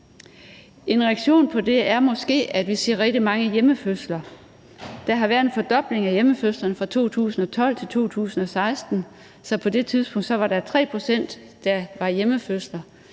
En reaktion på det er måske, at vi ser rigtig mange hjemmefødsler. Der har været en fordobling af hjemmefødsler fra 2012 til 2016 – så på det tidspunkt var 3 pct. hjemmefødsler.